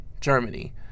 Germany